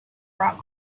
rock